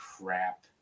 crap